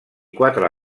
quatre